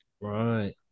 Right